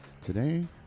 Today